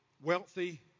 Wealthy